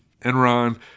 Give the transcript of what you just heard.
enron